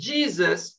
Jesus